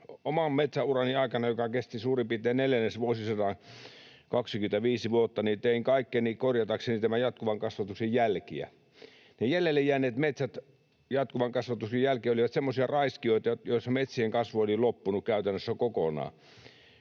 Oman metsäurani aikana, joka kesti suurin piirtein neljännesvuosisadan, 25 vuotta, tein kaikkeni korjatakseni tämän jatkuvan kasvatuksen jälkiä. Jäljelle jääneet metsät jatkuvan kasvatuksen jälkeen olivat semmoisia raiskioita, joissa metsien kasvu oli loppunut käytännössä kokonaan.